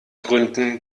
gründen